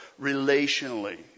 relationally